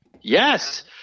Yes